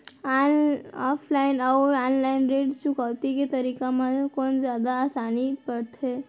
Offline अऊ online ऋण चुकौती के तरीका म कोन जादा आसान परही?